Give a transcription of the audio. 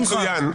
מצוין.